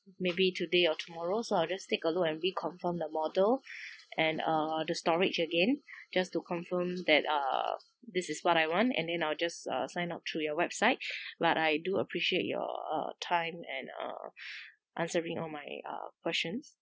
maybe today or tomorrow so I'll just take a look and reconfirm the model and uh the storage again just to confirm that uh this is what I want and then I'll just uh sign up through your website but I do appreciate your uh time and uh answering all my uh questions